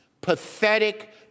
pathetic